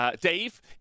Dave